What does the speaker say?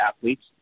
athletes